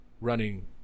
running